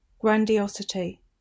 Grandiosity